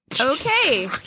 Okay